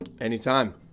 Anytime